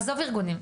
עזוב ארגונים,